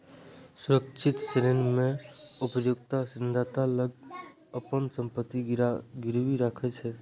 सुरक्षित ऋण मे उधारकर्ता ऋणदाता लग अपन संपत्ति गिरवी राखै छै